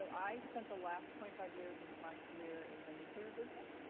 i spent the last twenty five years of my career in the newspaper business,